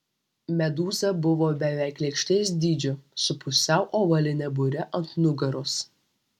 medūza buvo beveik lėkštės dydžio su pusiau ovaline bure ant nugaros